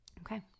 Okay